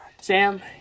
Sam